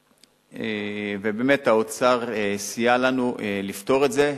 ובאמת האוצר סייע לנו לפתור את זה,